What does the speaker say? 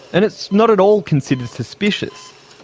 and it's not at all considered suspicious.